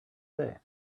say